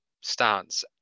stance